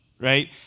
right